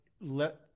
let